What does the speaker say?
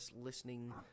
listening